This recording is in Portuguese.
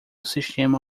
sistema